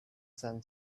sun